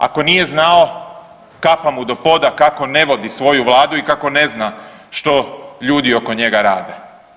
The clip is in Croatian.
Ako nije znao kapa mu do poda kako ne vodi svoju Vladu i kako ne zna što ljudi oko njega rade.